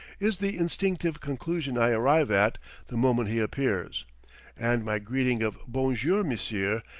is the instinctive conclusion i arrive at the moment he appears and my greeting of bonjour, monsieur,